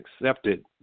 accepted